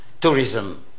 tourism